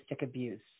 abuse